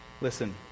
Listen